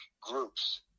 groups